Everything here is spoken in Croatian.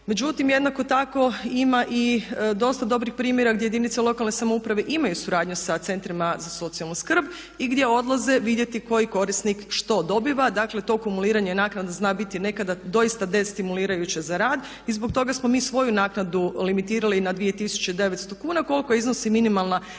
međutim, jednako tako ima i dosta dobrih primjera gdje jedinice lokalne samouprave imaju suradnju sa centrima za socijalnu skrb i gdje odlaze vidjeti koji korisnik što dobiva, dakle, to kumuliranje naknada zna biti nekada doista de stimulirajuće za rad i zbog toga smo mi svoju naknadu limitirali na 2900 kuna koliko iznosi minimalna